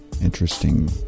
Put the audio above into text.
interesting